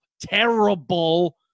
Terrible